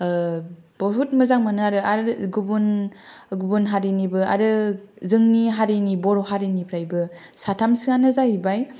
बहुत मोजां मोनो आरो गुबुन गुबुन हारिनिबो आरो जोंनि हारिनि बर' हारिनिफ्रायबो साथामसोआनो जाहैबाय